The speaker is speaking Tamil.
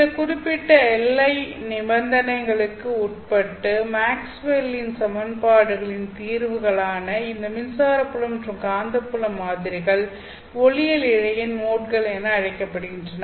சில குறிப்பிட்ட எல்லை நிபந்தனைகளுக்கு உட்பட்டு மேக்ஸ்வெல்லின் Maxwell's சமன்பாடுகளின் தீர்வுகளான இந்த மின்சார புலம் மற்றும் காந்தப்புல மாதிரிகள் ஒளியியல் இழையின் மோட்கள் என அழைக்கப்படுகின்றன